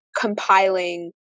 compiling